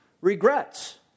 regrets